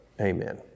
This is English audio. Amen